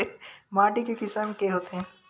माटी के किसम के होथे?